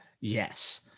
Yes